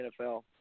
NFL